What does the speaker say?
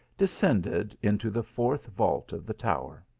descended into the fourth vault of the tower.